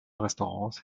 restaurants